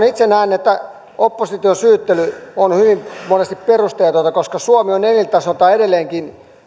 itse näen että opposition syyttely on hyvin monesti perusteetonta koska suomi on elintasoltaan edelleenkin